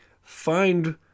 find